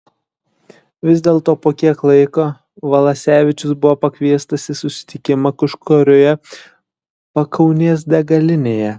vis dėlto po kiek laiko valasevičius buvo pakviestas į susitikimą kažkurioje pakaunės degalinėje